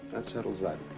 that settles that.